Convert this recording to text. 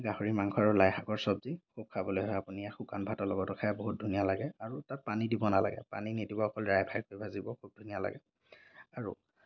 গাহৰি মাংস আৰু লাই শাকৰ চব্জি খুব খাবলৈ আপুনি এয়া শুকান ভাতৰ লগতো খাই বহুত ধুনীয়া লাগে আৰু তাত পানী দিব নালাগে পানী নিদিব অকল ড্ৰাই ফ্ৰাই কৰি ভাজিব খুব ধুনীয়া লাগে আৰু